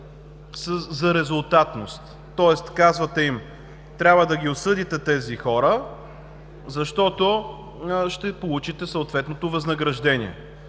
за резултатност. Тоест, казвате им, че трябва да ги осъдите тези хора, защото ще получите съответното възнаграждение,